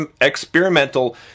experimental